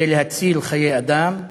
כדי להציל חיי אדם,